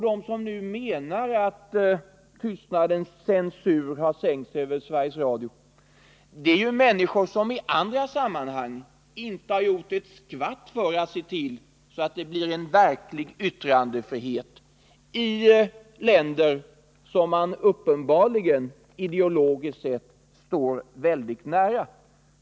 De som nu menar att tystnadens censur har sänkt sig över Sveriges Radio är ju människor som i andra sammanhang inte har gjort ett skvatt för att se till att det blir en verklig yttrandefrihet i sådana länder som man uppenbarligen står väldigt nära ideologiskt sett.